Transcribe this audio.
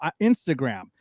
instagram